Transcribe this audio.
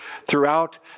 throughout